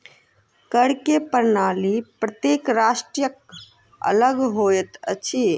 कर के प्रणाली प्रत्येक राष्ट्रक अलग होइत अछि